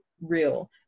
real